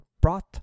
broth